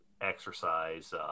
exercise